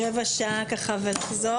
ידברו לסירוגין חברי כנסת וסטודנטים,